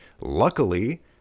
Luckily